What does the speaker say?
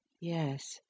Yes